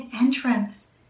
entrance